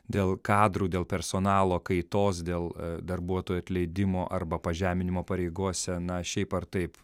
dėl kadrų dėl personalo kaitos dėl darbuotojų atleidimo arba pažeminimo pareigose na šiaip ar taip